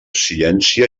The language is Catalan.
ciència